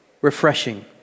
refreshing